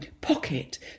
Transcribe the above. pocket